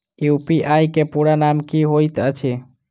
UPI केँ पूरा नाम की होइत अछि?